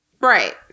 Right